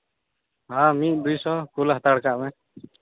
ᱦᱮᱸ ᱢᱤᱫ ᱫᱩᱭ ᱥᱚ ᱠᱳᱞ ᱦᱟᱛᱟᱲ ᱠᱟᱜ ᱢᱮ